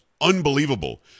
unbelievable